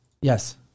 Yes